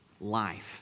Life